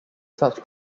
such